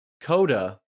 Coda